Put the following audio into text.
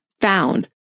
found